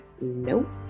nope